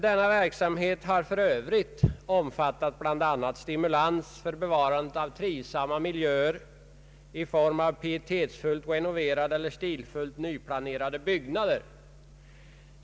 Denna verksamhet har för övrigt också omfattat bl.a. stimulans för bevarande av trivsamma miljöer i form av pietetsfullt renoverade eller stilfullt nyplanerade byggnader.